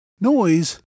Noise